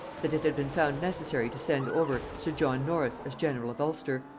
that it had been found necessary to send over sir john norris as general of ulster,